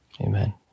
Amen